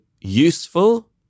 useful